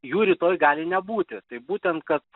jų rytoj gali nebūti tai būtent kad